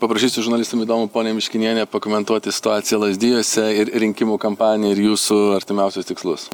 paprašysiu žurnalistam įdomu ponia miškiniene pakomentuoti situaciją lazdijuose ir rinkimų kampaniją ir jūsų artimiausius tikslus